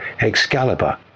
Excalibur